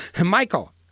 Michael